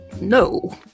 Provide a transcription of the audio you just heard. no